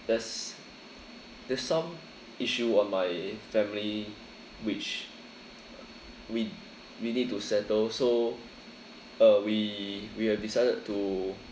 there's there's some issue on my family which we we need to settle so uh we we have decided to